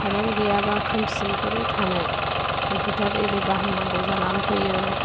current गैयाबा खोमसियै बोरै थानो इनभार्टार एरि बाहाय नांगौ जानानै फैयो